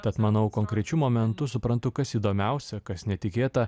tad manau konkrečiu momentu suprantu kas įdomiausia kas netikėta